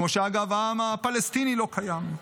כמו שאגב העם הפלסטיני לא קיים.